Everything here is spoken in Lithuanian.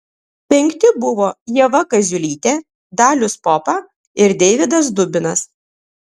penkti buvo ieva kaziulytė dalius popa ir deividas dubinas